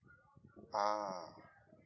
ah